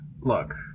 look